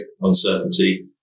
uncertainty